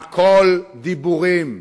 הכול דיבורים.